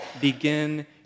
begin